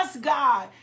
God